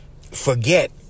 forget